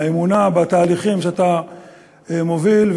האמונה בתהליכים שאתה מוביל,